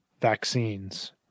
vaccines